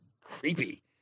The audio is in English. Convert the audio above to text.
creepy